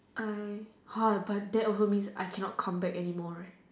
I but that also means I cannot come back anymore right